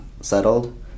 settled